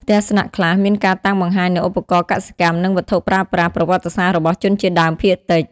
ផ្ទះស្នាក់ខ្លះមានការតាំងបង្ហាញនូវឧបករណ៍កសិកម្ម និង វត្ថុប្រើប្រាស់ ប្រវត្តិសាស្ត្ររបស់ជនជាតិដើមភាគតិច។